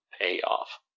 payoff